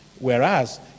whereas